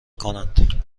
کنند